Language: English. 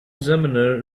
examiner